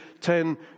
Ten